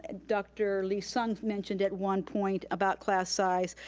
ah dr. lee-sung mentioned at one point about class size,